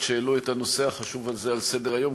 שהעלו את הנושא החשוב הזה על סדר-היום,